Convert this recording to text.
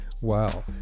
Wow